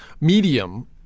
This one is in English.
medium